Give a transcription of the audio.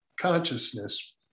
consciousness